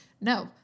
no